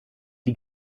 die